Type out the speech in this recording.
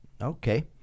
Okay